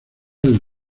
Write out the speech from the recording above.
del